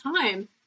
time